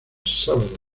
sábado